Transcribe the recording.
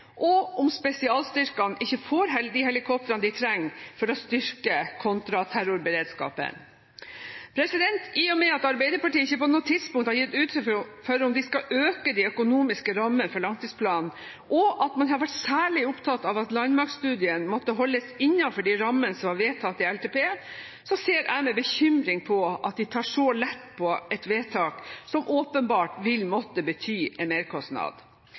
og om spesialstyrkene ikke får de helikoptrene de trenger for å styrke kontraterrorberedskapen. I og med at Arbeiderpartiet ikke på noe tidspunkt har gitt uttrykk for om de skal øke de økonomiske rammene for langtidsplanen, og at man har vært særlig opptatt av at landmaktstudien måtte holdes innenfor de rammene som var vedtatt i LTP, ser jeg med bekymring på at de tar så lett på et vedtak som åpenbart vil måtte bety en merkostnad.